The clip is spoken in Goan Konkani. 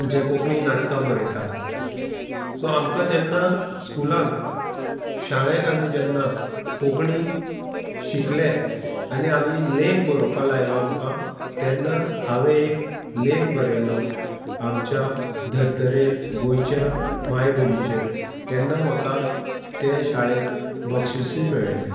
जें कोंकणी नाटकां बरयतात सो आमकां जेन्ना स्कुलान शाळेंत आमी जेन्ना कोंकणी शिकले आनी आमी लेख बरोवपा लायलो आमकां तेन्ना हांवें एक लेख बरयल्लो आमच्या धर्तरेर गोंयच्या मायभुमीचेर तेन्ना म्हाका ते शाळेंत बक्षिसूय मेळयले